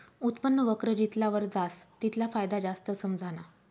उत्पन्न वक्र जितला वर जास तितला फायदा जास्त समझाना